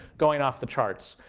going off the charts.